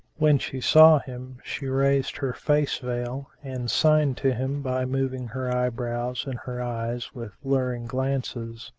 when she saw him she raised her face-veil and signed to him by moving her eyebrows and her eyes with luring glances,